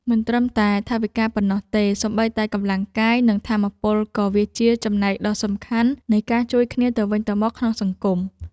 មិនត្រឹមតែថវិកាប៉ុណ្ណោះទេ សូម្បីតែកម្លាំងកាយនិងពេលវេលាក៏ជាចំណែកដ៏សំខាន់នៃការជួយគ្នាទៅវិញទៅមកក្នុងសង្គម។